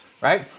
right